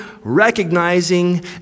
recognizing